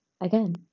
again